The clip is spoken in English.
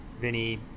Vinny